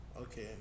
Okay